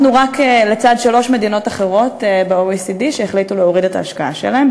אנחנו רק לצד שלוש מדינות אחרות ב-OECD שהחליטו להוריד את ההשקעה שלהן,